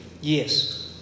Yes